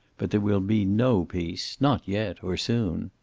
but there will be no peace. not yet, or soon.